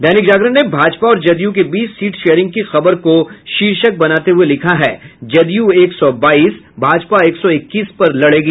दैनिक जागरण ने भाजपा और जदयू के बीच सीट शेयरिंग की खबर को शीर्षक बनाते हुये लिखा है जदयू एक सौ बाईस भाजपा एक सौ इक्कीस पर लड़ेगी